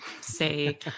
say